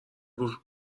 گفت